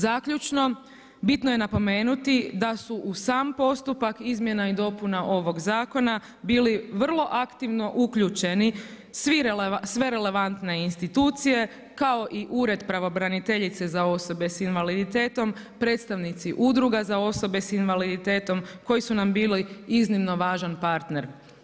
Zaključno, bitno je napomenuti da su u sam postupak izmjena i dopuna ovog zakona bili vrlo aktivno uključeni sve relevantne institucije kao i Ured pravobraniteljice za osobe s invaliditetom, predstavnici udruga za osobe s invaliditetom koji su nam bili iznimno važan partner.